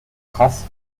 traces